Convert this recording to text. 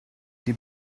die